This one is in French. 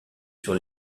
sur